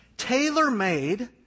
tailor-made